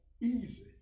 Easy